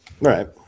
Right